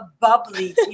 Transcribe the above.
bubbly